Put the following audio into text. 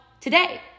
today